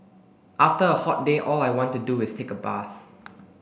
after a hot day all I want to do is take a bath